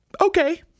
okay